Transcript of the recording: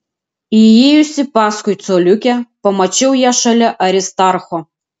įėjusi paskui coliukę pamačiau ją šalia aristarcho